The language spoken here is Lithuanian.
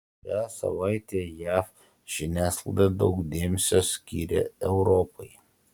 šią savaitę jav žiniasklaida daug dėmesio skiria europai